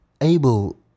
Abel